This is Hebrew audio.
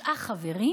תשעה חברים,